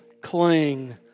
cling